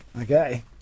Okay